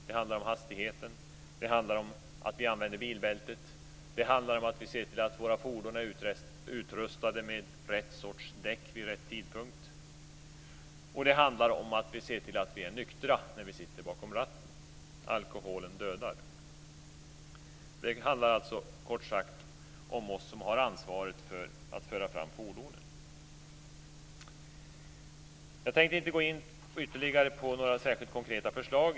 Det handlar om hastigheten. Det handlar om att vi använder bilbältet. Det handlar om att vi ser till att våra fordon är utrustade med rätt sorts däck vid rätt tidpunkt, och det handlar om att vi ser till att vi är nyktra när vi sitter bakom ratten. Alkoholen dödar. Det handlar kort sagt om oss som har ansvaret att föra fram fordonet. Jag tänker inte gå in ytterligare på några särskilt konkreta förslag.